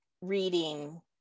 reading